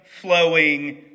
flowing